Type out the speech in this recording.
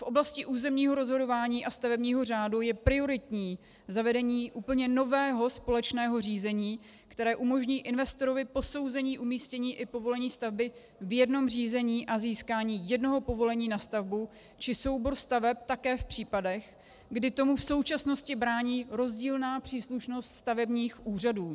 V oblasti územního rozhodování a stavebního řádu je prioritní zavedení úplně nového společného řízení, které umožní investorovi posouzení umístění i povolení stavby v jednom řízení a získání jednoho povolení na stavbu či soubor staveb také v případech, kdy tomu v současnosti brání rozdílná příslušnost stavebních úřadů.